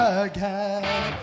again